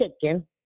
chicken